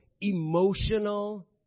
emotional